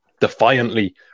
defiantly